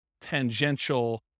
tangential